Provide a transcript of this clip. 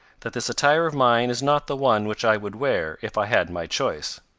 that this attire of mine is not the one which i would wear, if i had my choice.